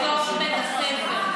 תלמידים לתלמידים בתוך בית הספר.